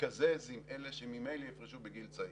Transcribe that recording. תתקזז עם אלה שממילא יפרשו בגיל צעיר.